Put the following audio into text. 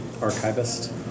archivist